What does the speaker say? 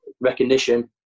recognition